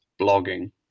blogging